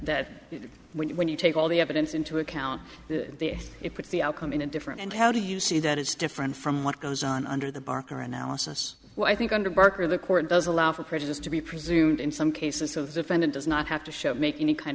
that when you when you take all the evidence into account it puts the outcome in a different and how do you see that it's different from what goes on under the barker analysis well i think under barker the court does allow for prejudice to be presumed in some cases so the defendant does not have to show make any kind